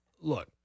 look